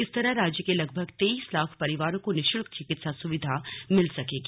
इस तरह राज्य के लगभग तेईस लाख परिवारों को निशुल्क चिकित्सा सुविधा मिल सकेगी